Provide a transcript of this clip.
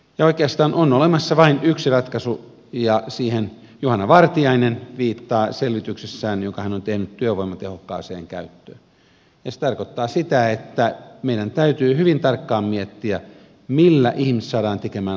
oikeastaan on olemassa vain yksi ratkaisu ja siihen juhana vartiainen viittaa selvityksessään jonka hän on tehnyt työvoima tehokkaaseen käyttöön ja se tarkoittaa sitä että meidän täytyy hyvin tarkkaan miettiä millä ihmiset saadaan tekemään aktiivisesti töitä